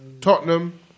Tottenham